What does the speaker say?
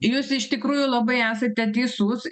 jūs iš tikrųjų labai esate teisus